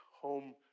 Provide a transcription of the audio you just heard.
home